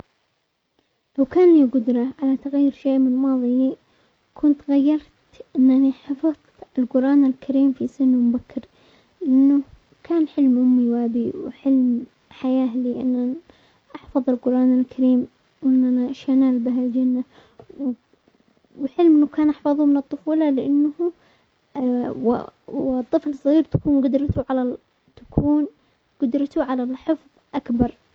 لو كان لي الفدرة على تغير شيء من ماضيي كنت غيرت انني حفظت القرآن الكريم في سن مبكر، انه كان حلم امي وابي وحلم حياة لي انهم احفظ القرآن الكريم واننا بها الجنة ،وحلم انه كان احفظه من الطفولة لانه والطفل صغير تكون قدرته على- تكون قدرته على الحفظ اكبر.